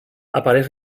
apareix